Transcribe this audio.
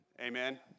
Amen